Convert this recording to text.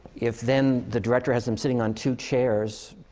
if, then, the director has them sitting on two chairs